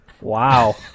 Wow